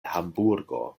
hamburgo